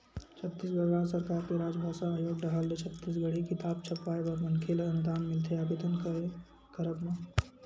छत्तीसगढ़ राज सरकार के राजभासा आयोग डाहर ले छत्तीसगढ़ी किताब छपवाय बर मनखे ल अनुदान मिलथे आबेदन के करब म